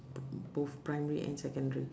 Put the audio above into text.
both primary and secondary